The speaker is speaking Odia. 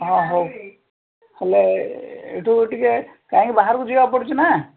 ହଁ ହଉ ହେଲେ ଏଠୁ ଟିକେ କାହିଁକି ବାହାରକୁ ଯିବାକୁ ପଡ଼ୁଛି ନା